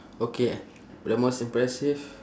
okay the most impressive